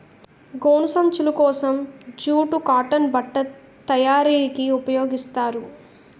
గోను సంచులు కోసం జూటు కాటన్ బట్ట తయారీకి ఉపయోగిస్తారు